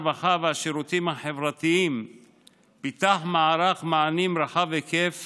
הרווחה והשירותים החברתיים פיתח מערך מענים רחב היקף